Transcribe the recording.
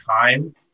time